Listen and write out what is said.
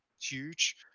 huge